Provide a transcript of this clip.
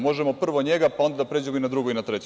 Možemo prvo njega pa onda da pređemo i na drugo i na treće.